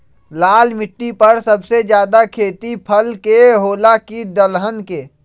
लाल मिट्टी पर सबसे ज्यादा खेती फल के होला की दलहन के?